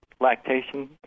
lactation